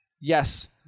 yes